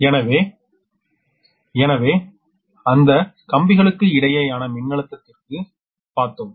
எனவே எனவே அந்த கம்பிகளுக்கு இடையேயான மின்னழுத்தத்திற்கு பார்த்தோம்